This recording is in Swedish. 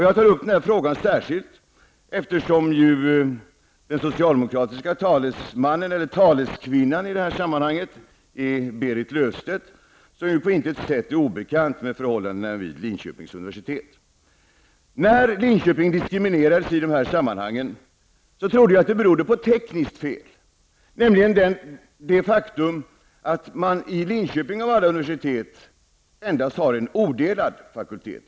Jag tar upp den här frågan särskilt därför att den socialdemokratiska talesmannen -- eller taleskvinnan -- Berit Löfstedt på intet sätt är obekant med förhållandena vid När Linköping diskriminerades i dessa sammanhang trodde jag att det berodde på ett tekniskt fel, nämligen det faktum att man i Linköping -- av alla universitet -- endast har en odelad fakultet.